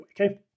okay